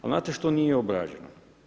Ali znate što nije obrađeno?